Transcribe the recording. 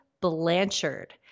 Blanchard